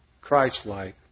Christ-like